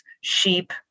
sheep